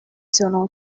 sono